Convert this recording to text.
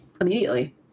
immediately